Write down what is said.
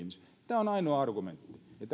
tämä on ainoa argumentti